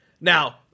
Now